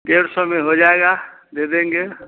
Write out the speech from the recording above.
डेढ़ सौ में हो जाएगा दे देंगे